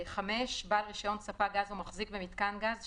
בעל רישיון ספק גז או מחזיק במיתקן גז,